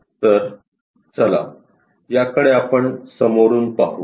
तर चला याकडे आपण समोरून पाहू